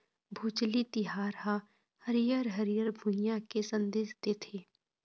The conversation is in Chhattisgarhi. भोजली तिहार ह हरियर हरियर भुइंया के संदेस देथे